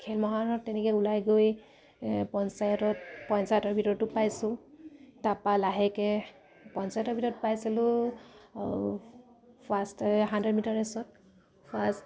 খেল মহাৰণত তেনেকে ওলাই গৈ পঞ্চায়তত পঞ্চায়তৰ ভিতৰতো পাইছোঁ তাপা লাহেকে পঞ্চায়তৰ ভিতৰত পাইছিলোঁ ফাষ্ট হাণ্ড্ৰেড মিটাৰ ৰেচত ফাষ্ট